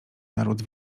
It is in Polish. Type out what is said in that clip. naród